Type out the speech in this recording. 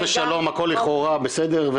חס וחלילה הכול לכאורה, בסדר,